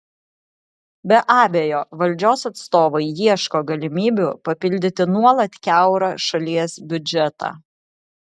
be abejo valdžios atstovai ieško galimybių papildyti nuolat kiaurą šalies biudžetą